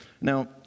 Now